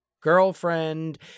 girlfriend